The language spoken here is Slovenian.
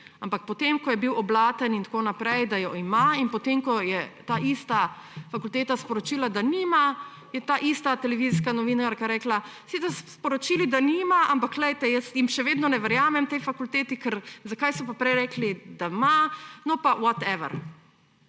ampak potem ko je bil oblaten in tako naprej, da jo ima, in potem ko je ta ista fakulteta sporočila, da je nima, je ta ista televizijska novinarka rekla: »Sicer so sporočili, da nima, ampak poglejte, jaz še vedno ne verjamem tej fakulteti, ker zakaj so pa prej rekli, da ima. No pa whatever.«